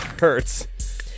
hurts